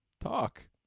talk